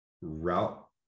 route